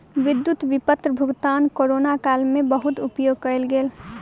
विद्युत विपत्र भुगतान कोरोना काल में बहुत उपयोग कयल गेल